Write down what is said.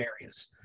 areas